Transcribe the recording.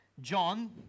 John